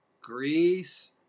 Greece